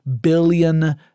billion